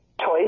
choice